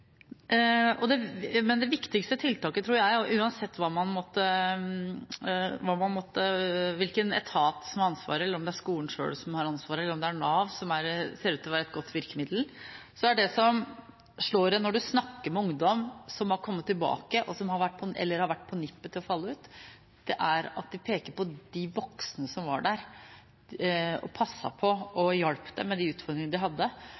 Men det viktigste, tror jeg – uansett hvilken etat som har ansvaret, om det er skolen selv, eller om det er Nav, som ser ut til å være et godt virkemiddel – er at det som slår en når en snakker med ungdom som har kommet tilbake, eller som har vært på nippet til å falle ut, er at de peker på de voksne som var der, som passet på og hjalp dem med de utfordringene de hadde.